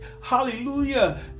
hallelujah